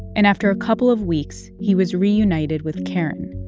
and after a couple of weeks, he was reunited with karen.